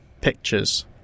Pictures